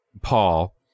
Paul